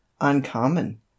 uncommon